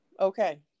Okay